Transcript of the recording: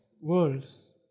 Worlds